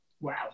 Wow